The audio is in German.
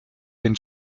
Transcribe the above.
den